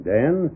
Dan